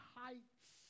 heights